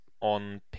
on